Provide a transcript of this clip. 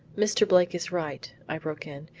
mr. blake is right, i broke in,